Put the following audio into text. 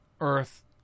Earth